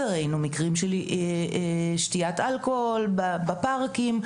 ומקרים של שתיית אלכוהול בפארקים.